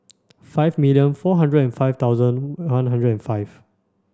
five million four hundred and five thousand one hundred and five